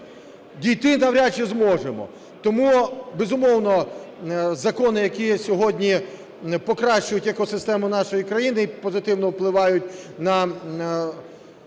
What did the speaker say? Дійти навряд чи зможемо. Тому, безумовно, закони, які сьогодні покращують екосистему нашої країни і позитивно впливають